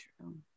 true